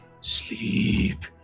Sleep